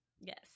Yes